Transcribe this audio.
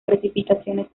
precipitaciones